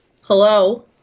Hello